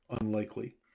unlikely